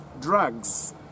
drugs